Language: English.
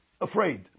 afraid